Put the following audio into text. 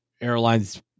airlines